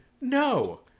no